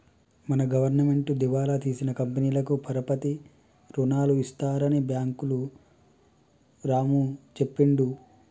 మన గవర్నమెంటు దివాలా తీసిన కంపెనీలకు పరపతి రుణాలు ఇస్తారని బ్యాంకులు రాము చెప్పిండు